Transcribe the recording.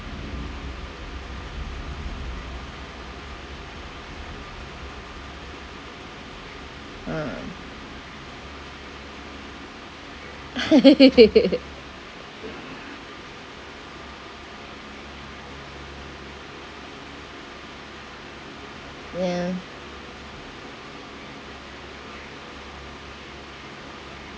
um ya